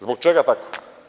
Zbog čega tako?